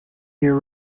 year